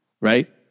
right